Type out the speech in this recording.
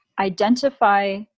Identify